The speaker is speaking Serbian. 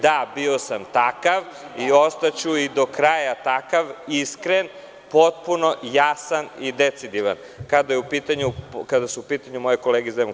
Da, bio sam takav i ostaću i do kraja takav iskren, potpuno jasan i decidan kada su u pitanju moje kolege iz DS.